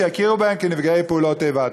שיכירו בהם כנפגעי פעולות איבה.